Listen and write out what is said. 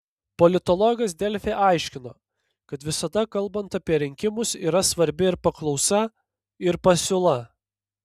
politologas delfi aiškino kad visada kalbant apie rinkimus yra svarbi ir paklausa ir pasiūla